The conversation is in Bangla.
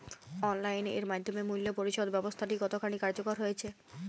অনলাইন এর মাধ্যমে মূল্য পরিশোধ ব্যাবস্থাটি কতখানি কার্যকর হয়েচে?